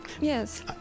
Yes